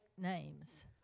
names